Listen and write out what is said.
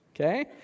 okay